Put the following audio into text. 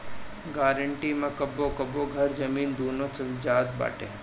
guarantee मे कबो कबो घर, जमीन, दूनो चल जात बाटे